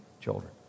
children